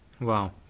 wow